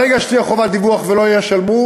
ברגע שתהיה חובת דיווח ולא ישלמו,